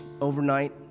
overnight